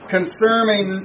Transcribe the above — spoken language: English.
Concerning